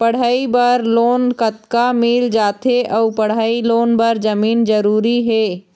पढ़ई बर लोन कतका मिल जाथे अऊ पढ़ई लोन बर जमीन जरूरी हे?